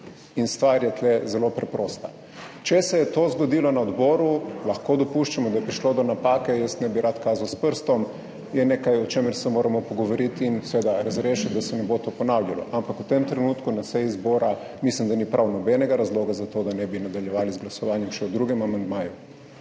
Stvar je tu zelo preprosta. Če se je to zgodilo na odboru, lahko dopuščamo, da je prišlo do napake, ne bi rad kazal s prstom, je nekaj, o čemer se moramo pogovoriti in seveda razrešiti, da se ne bo tega ponavljalo. Ampak v tem trenutku na seji zbora mislim, da ni prav nobenega razloga za to, da ne bi nadaljevali z glasovanjem še o drugem amandmaju.